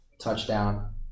touchdown